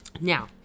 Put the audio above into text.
now